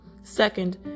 Second